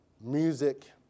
music